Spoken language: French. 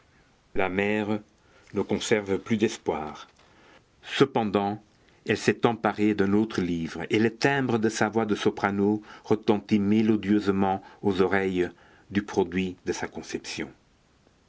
la mère ne conserve plus d'espoir cependant elle s'est emparée d'un autre livre et le timbre de sa voix de soprano retentit mélodieusement aux oreilles du produit de sa conception